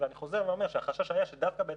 אני חוזר ואומר שהחשש היה שדווקא בעת